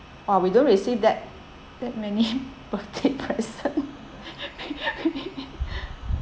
oh we don't receive that that many birthday present